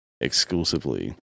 exclusively